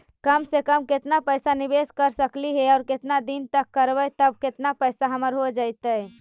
कम से कम केतना पैसा निबेस कर सकली हे और केतना दिन तक करबै तब केतना पैसा हमर हो जइतै?